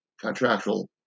contractual